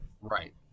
Right